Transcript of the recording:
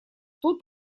тут